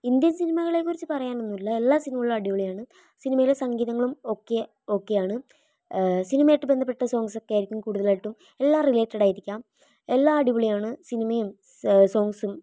Indian സിനിമകളെക്കുറിച്ച് പറയാനൊന്നുമില്ല എല്ലാ സിനിമകളും അടിപൊളിയാണ് സിനിമയിലെ സംഗീതങ്ങളും ഒക്കെ ഓക്കെയാണ് സിനിമയായിട്ട് ബന്ധപ്പെട്ട സോങ്ങ്സ് ഒക്കെയായിരിക്കും കൂടുതലായിട്ടും എല്ലാം റിലേറ്റെഡ് ആയിരിക്കാം എല്ലാം അടിപൊളി ആണ് സിനിമയും സോങ്ങ്സും